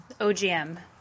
OGM